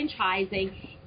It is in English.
franchising